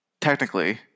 technically